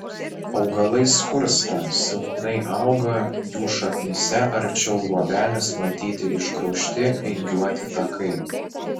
augalai skursta silpnai auga jų šaknyse arčiau luobelės matyti išgraužti vingiuoti takai